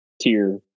tier